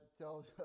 tells